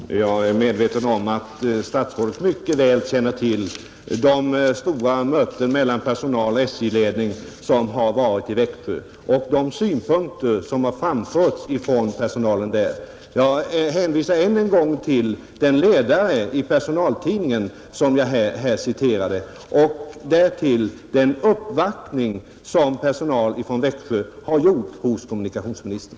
Herr talman! Jag är medveten om att statsrådet mycket väl känner till de stora möten mellan personal och SJ-ledning som ägt rum i Växjö och de synpunkter som framförts från personalen där, Jag hänvisar än en gång till den ledare i personaltidningen som jag citerade och till den uppvaktning som personal från Växjö har gjort hos kommunikationsministern.